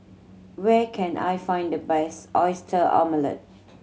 where can I find the best Oyster Omelette